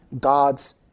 God's